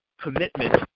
commitment